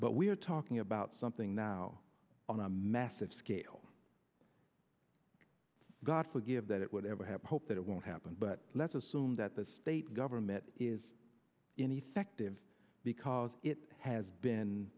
but we're talking about something now on a massive scale got to give that it would never have hope that it won't happen but let's assume that the state government is in effective because it has been